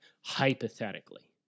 hypothetically